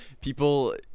People